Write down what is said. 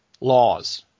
laws